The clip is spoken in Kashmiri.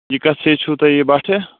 یہِ کَتھ جاے چھُو تۄہہِ یہِ بَٹھٕ